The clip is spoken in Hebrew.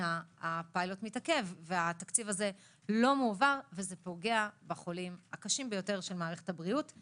הקודם לאו דווקא יש לזה ערך משמעותי לבריאות הציבור.